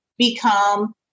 become